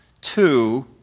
two